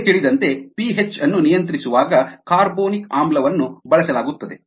ನಿಮಗೆ ತಿಳಿದಂತೆ ಪಿಹೆಚ್ ಅನ್ನು ನಿಯಂತ್ರಿಸುವಾಗ ಕಾರ್ಬೊನಿಕ್ ಆಮ್ಲವನ್ನು ಬಳಸಲಾಗುತ್ತದೆ